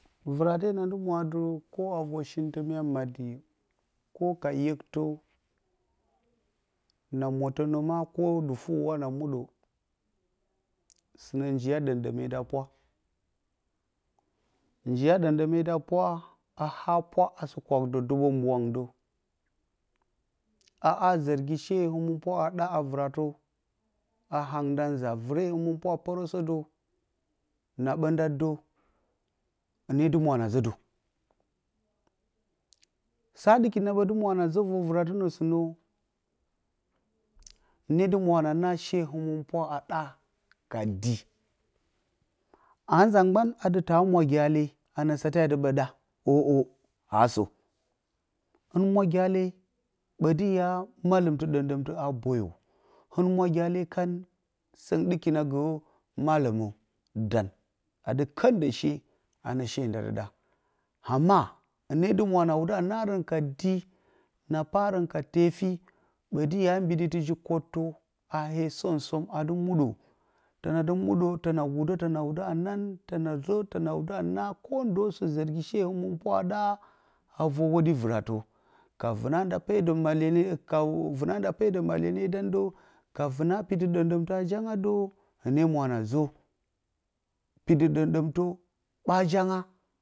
Vɨrate na dɨ mwatə koh mya maddi koh a və yektə na mote na muɗa sɨ nə njiya ɗɨinɗɨine da pwa njiya ɗɨmɗɨme da pwa a ha pwa a dɨ kwak də dɨɓ bworangin də a haa zɨrgi she həmənpwa a ɗa a vɨratə a hangɨ nda nza vɨre həmən pwa a prə sə də na ɓənda də hɨne dɨmwa nə zə də su dɨ ki na dɨ we na zə vər vɨratɨnə sɨnə hɨne dɨ mwe na naa she həmənpwa a ɗak dii a nza mban atɨ ta mwa diyale anə sate a dɨ ɓə ɗa 0-0 a sə hɨn mwa diyale ɓə dɨ ya malɨmtɨ ɗəmɗəmtə a boyə hɨn mwa diyale kon sɨng ɗiki na gə malamo dan a dɨ kən də she a var she nda dɨ da amma hɨne dɨ mewe tɨ na wuda naarə ka dii na parən ka tefyi ɓə dɨ ya mbiɗi tə ji-kottə a hee som-som a dɨ muɗə təna dɨ muɗə təna wudə a naan təna zə təna wuda naa ndoo sɨ-zɨmyi she həmənpw a ɗa a vər hwoɗe vɨratə ka vɨna nda pedə malyene vɨna nda pedə malyenedan də ka vɨna petɨ ɗəmɗəmtə a janga də hɨne mwa na zə petɨ ɗəmɗəmtə ɓa janga.